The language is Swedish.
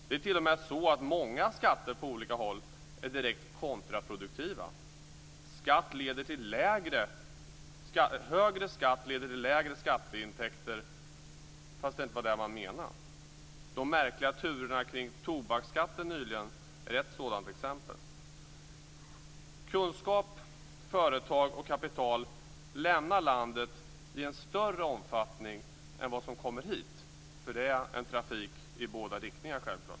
Det är t.o.m. så att många skatter på olika håll är direkt kontraproduktiva. Högre skatt leder till lägre skatteintäkter, fastän det inte var så som man menade. De märkliga turerna kring tobaksskatten nyligen är ett sådant exempel. Kunskap, företag och kapital lämnar landet i en större omfattning än vad som kommer hit - det är självfallet en trafik i båda riktningar.